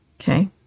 Okay